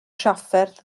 trafferth